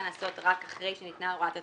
לעשות רק אחרי שניתנה הוראת התשלום.